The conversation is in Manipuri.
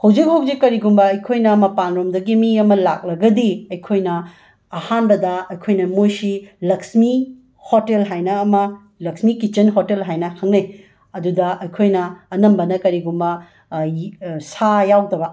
ꯍꯧꯖꯤꯛ ꯍꯧꯖꯤꯛ ꯀꯔꯤꯒꯨꯝꯕ ꯑꯩꯈꯣꯏꯅ ꯃꯄꯥꯜ ꯂꯣꯝꯗꯒꯤ ꯃꯤ ꯑꯃ ꯂꯥꯛꯂꯒꯗꯤ ꯑꯩꯈꯣꯏꯅ ꯑꯍꯥꯟꯕꯗ ꯑꯩꯈꯣꯏꯅ ꯃꯣꯏꯁꯤ ꯂꯛꯁꯃꯤ ꯍꯣꯇꯦꯜ ꯍꯥꯏꯅ ꯑꯃ ꯂꯛꯁꯃꯤ ꯀꯤꯆꯟ ꯍꯣꯇꯦꯜ ꯍꯥꯏꯅ ꯈꯪꯅꯩ ꯑꯗꯨꯗ ꯑꯩꯈꯣꯏꯅ ꯑꯅꯝꯕꯅ ꯀꯔꯤꯒꯨꯝꯕ ꯌ ꯁꯥ ꯌꯥꯎꯗꯕ